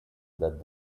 that